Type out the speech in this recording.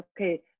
Okay